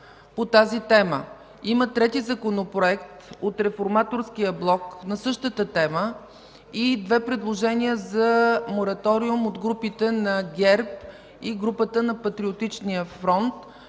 по тази тема. Има трети законопроект от Реформаторския блок на същата тема и две предложения за мораториум от групата на ГЕРБ и групата на Патриотичния фронт.